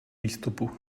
výstupu